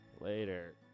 Later